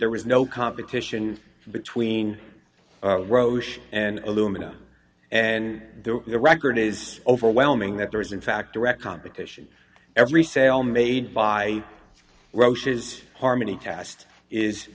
there was no competition between roche and aluminum and their record is overwhelming that there is in fact direct competition every sale made by roche is harmony tast is